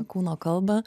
kūno kalbą